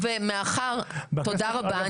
תודה רבה.